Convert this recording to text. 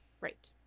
Right